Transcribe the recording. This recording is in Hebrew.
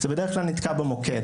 זה בדרך כלל נתקע במוקד.